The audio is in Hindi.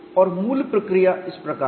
और मूल प्रक्रिया इस प्रकार है